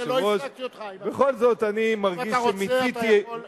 לא הפסקתי אותך, אם אתה רוצה אתה יכול,